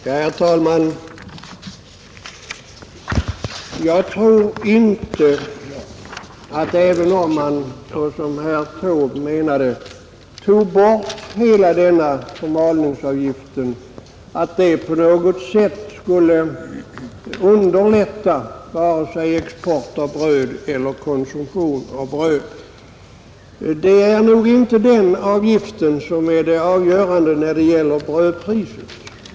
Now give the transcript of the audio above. Herr talman! Jag tror inte att ett slopande av hela förmalningsavgiften som herr Taube önskat på något sätt skulle underlätta vare sig vår export av bröd eller vår konsumtion av bröd. Det är nog inte den avgiften som är avgörande för brödpriset.